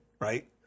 Right